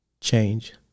change